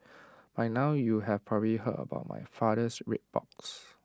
by now you have probably heard about my father's red box